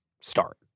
start